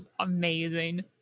amazing